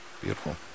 beautiful